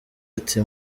ati